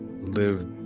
live